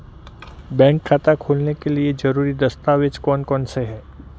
Bank खाता खोलने के लिए ज़रूरी दस्तावेज़ कौन कौनसे हैं?